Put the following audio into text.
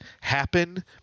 happen